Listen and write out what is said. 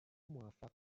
موفق